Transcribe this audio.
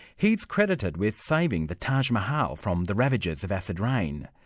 he's credited with saving the taj mahal from the ravages of acid rain,